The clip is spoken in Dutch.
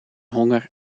honger